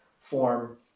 form